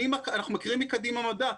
אנחנו מכירים מקדימה מדע.